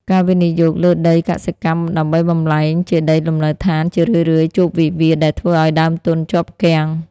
ការវិនិយោគលើដីកសិកម្មដើម្បីបំប្លែងជាដីលំនៅដ្ឋាន ជារឿយៗជួបវិវាទដែលធ្វើឱ្យដើមទុនជាប់គាំង។